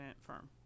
firm